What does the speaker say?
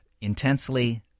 intensely